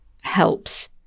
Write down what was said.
helps